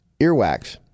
earwax